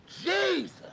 Jesus